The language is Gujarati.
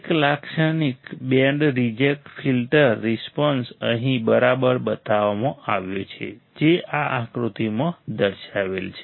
એક લાક્ષણિક બેન્ડ રિજેક્ટ ફિલ્ટર રિસ્પોન્સ અહીં બરાબર બતાવવામાં આવ્યો છે જે આ આકૃતિમાં દર્શાવેલ છે